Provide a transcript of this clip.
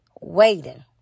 waiting